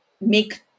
make